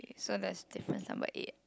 so that's different number eight